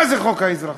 מה זה חוק האזרחות?